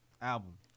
album